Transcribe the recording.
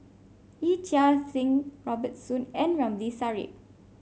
Yee Chia Hsing Robert Soon and Ramli Sarip